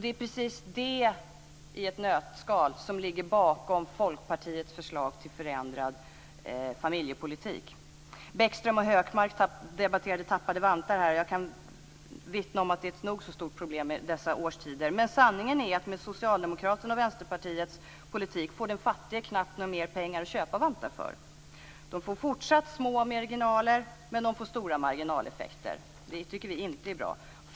Det är precis det i ett nötskal som ligger bakom Folkpartiets förslag till förändrad familjepolitik. Bäckström och Hökmark debatterade tappade vantar här. Jag kan vittna om att det är ett nog så stort problem i dessa årstider. Men sanningen är att med Socialdemokraternas och Vänsterpartiets politik får den fattige knappt några pengar att köpa vantar för. Det tycker vi inte är bra.